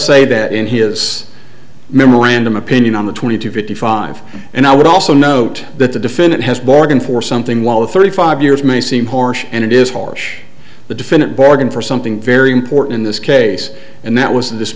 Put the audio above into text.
say that in his memorandum opinion on the twenty two fifty five and i would also note that the defendant has bargained for something while the thirty five years may seem harsh and it is harsh the defendant bargained for something very important in this case and that was